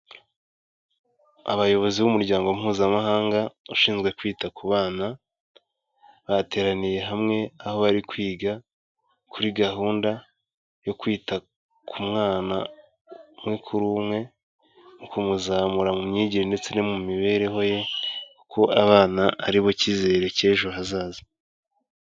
Abayobozi b'umuryango mpuzamahanga ushinzwe kwita ku bana, bateraniye hamwe aho bari kwiga kuri gahunda yo kwita ku mwana umwe kuri umwe, kumuzamura mu myigire ndetse no mu mibereho ye kuko abana aribo cyizere cy'ejo hazaza.